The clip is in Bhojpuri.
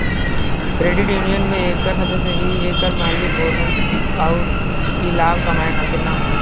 क्रेडिट यूनियन में एकर सदस्य ही एकर मालिक होलन अउर ई लाभ कमाए खातिर न रहेला